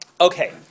Okay